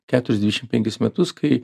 keturiasdešim penkis kai